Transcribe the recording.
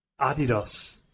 Adidas